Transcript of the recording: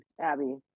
Abby